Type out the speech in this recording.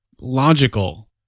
logical